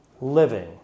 living